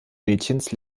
mädchens